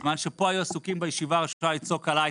מה שפה היו עסוקים בישיבה הראשונה לצעוק עליי,